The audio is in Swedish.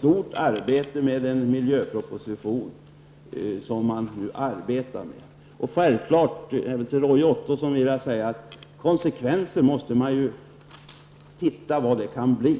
inriktning. Arbetet med den propositionen är mycket omfattande, och jag vill -- även till Roy Ottosson -- säga att man måste försöka bedöma vilka konsekvenserna kan bli.